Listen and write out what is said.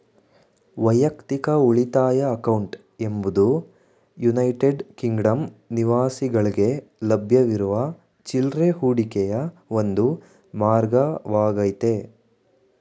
ವೈಯಕ್ತಿಕ ಉಳಿತಾಯ ಅಕೌಂಟ್ ಎಂಬುದು ಯುನೈಟೆಡ್ ಕಿಂಗ್ಡಮ್ ನಿವಾಸಿಗಳ್ಗೆ ಲಭ್ಯವಿರುವ ಚಿಲ್ರೆ ಹೂಡಿಕೆಯ ಒಂದು ಮಾರ್ಗವಾಗೈತೆ